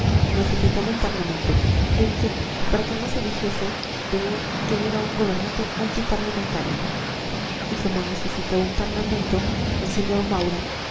necesitaba un parlamento en fin para que no se dijese de él que era un gobernante antiparlamentario y como necesitaba un parlamento el sr maura y